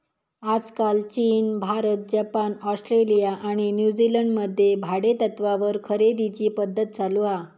आजकाल चीन, Bharat, Japan, Australia आणि न्यूजीलंड मध्ये भाडेतत्त्वावर खरेदीची पध्दत चालु हा